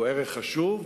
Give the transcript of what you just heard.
היא ערך חשוב,